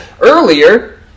earlier